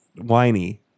whiny